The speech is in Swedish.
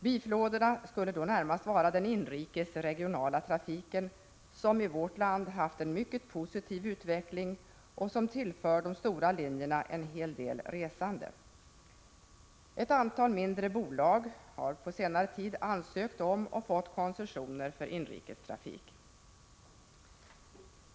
Bifloderna skulle då närmast vara den inrikes regionala trafiken, som i vårt land haft en mycket positiv utveckling och som tillför de stora linjerna en hel del resande. Ett antal mindre bolag har på senare tid ansökt om och fått koncessioner för inrikestrafik.